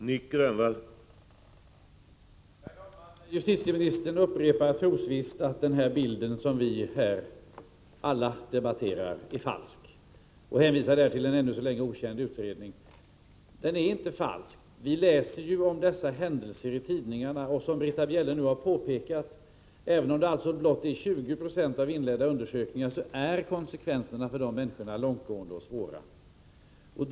Herr talman! Justitieministern upprepar trosvisst att den bild som vi alla talar om här är falsk och hänvisar till en ännu så länge okänd utredning. Men bilden är inte falsk! Vi läser ju ständigt om dessa händelser i tidningarna. Britta Bjelle har påpekat att även om det blott gäller 20 96 av inledda undersökningar så är konsekvenserna långtgående och svåra för människorna.